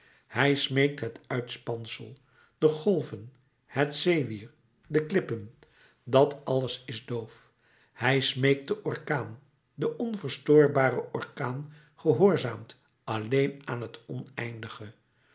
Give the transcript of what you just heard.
hij smeekt het uitspansel de golven het zeewier de klippen dat alles is doof hij smeekt den orkaan de onverstoorbare orkaan gehoorzaamt alleen aan het oneindige